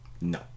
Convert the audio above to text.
No